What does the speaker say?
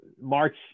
march